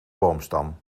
boomstam